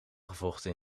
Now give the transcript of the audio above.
gevochten